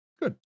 Good